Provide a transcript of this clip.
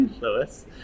Lewis